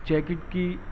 jacket کی